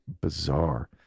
bizarre